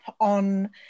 on